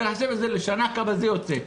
תחשב כמה זה יוצא לשנה.